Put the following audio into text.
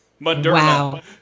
Moderna